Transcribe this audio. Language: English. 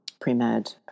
pre-med